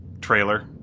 trailer